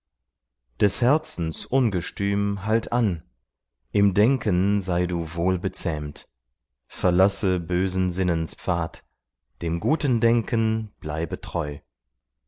des herzens ungestüm halt an im denken sei du wohlbezähmt verlasse bösen sinnens pfad dem guten denken bleibe treu